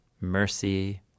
mercy